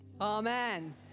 Amen